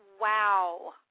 Wow